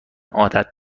عادت